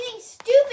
stupid